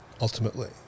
ultimately